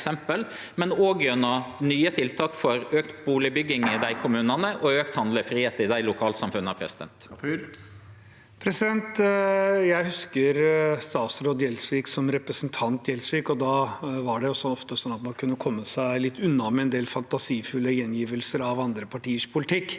og også gjennom nye tiltak for auka bustadbygging i dei kommunane og auka handlefridom i dei lokalsamfunna. Mudassar Kapur (H) Jeg husker statsråd Gjelsvik som representanten Gjelsvik, og da var det ofte sånn at man kunne komme seg litt unna med en del fantasifulle gjengivelser av andre partiers politikk.